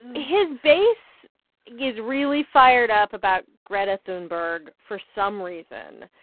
his base is really fired up about greta thunberg for some reason.